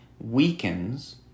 weakens